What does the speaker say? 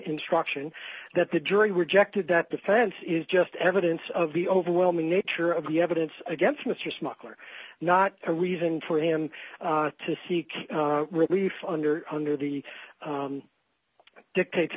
instruction that the jury rejected that defense is just evidence of the overwhelming nature of the evidence against mr smuggler not a reason for him to seek relief under under the dictates